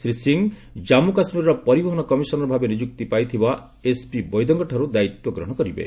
ଶ୍ରୀ ସିଂହ ଜାମ୍ମୁ କାଶ୍ମୀରର ପରିବହନ କମିଶନର ଭାବେ ନିଯୁକ୍ତି ପାଇଥିବା ଏସପି ବୈଦଙ୍କ ଠାରୁ ଦାୟିତ୍ୱ ଗ୍ରହଣ କରିବେ